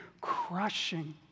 crushing